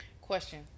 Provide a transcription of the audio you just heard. Question